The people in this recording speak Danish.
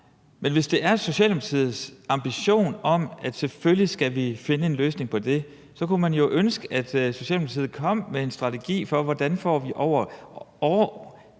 men hvis det er Socialdemokratiets ambition, at vi selvfølgelig skal finde en løsning på det, så kunne man jo ønske, at Socialdemokratiet kom med en strategi for, hvordan vi får